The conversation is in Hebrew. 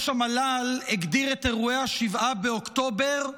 ראש המל"ל הגדיר את אירועי 7 באוקטובר "תקלה".